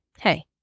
hey